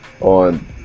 on